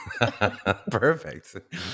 Perfect